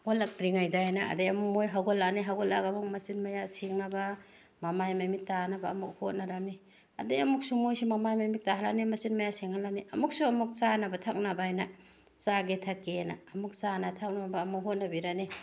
ꯍꯧꯒꯠꯂꯛꯇ꯭ꯔꯤꯉꯩꯗ ꯍꯥꯏꯅ ꯑꯗꯩ ꯑꯃꯨꯛ ꯃꯣꯏ ꯍꯧꯒꯠꯂꯑꯅꯤ ꯍꯧꯒꯠꯂꯒ ꯑꯃꯨꯛ ꯃꯆꯤꯟ ꯃꯌꯥ ꯁꯦꯡꯅꯕ ꯃꯃꯥꯏ ꯃꯃꯤꯠ ꯇꯥꯅꯕ ꯑꯃꯨꯛ ꯍꯣꯠꯅꯔꯅꯤ ꯑꯗꯩ ꯑꯃꯨꯛꯁꯨ ꯃꯣꯏꯁꯤ ꯃꯃꯥꯏ ꯃꯃꯤꯠ ꯇꯥꯍꯜꯂꯤ ꯃꯆꯤꯟ ꯃꯌꯥ ꯁꯦꯡꯍꯜꯂꯅꯤ ꯑꯃꯨꯛꯁꯨ ꯑꯃꯨꯛ ꯆꯥꯅꯕ ꯊꯛꯅꯕ ꯍꯥꯏꯅ ꯆꯥꯒꯦ ꯊꯛꯀꯦꯅ ꯑꯃꯨꯛ ꯆꯥꯅ ꯊꯛꯅꯕ ꯑꯃꯨꯛ ꯍꯣꯠꯅꯕꯤꯔꯅꯤ